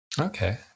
Okay